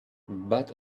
but